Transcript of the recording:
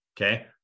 okay